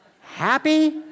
happy